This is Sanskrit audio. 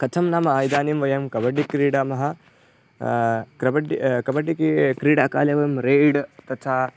कथं नाम इदानीं वयं कबड्डि क्रीडामः क्रबड्डि कबड्डि की क्रीडाकाले वयं रैड् तथा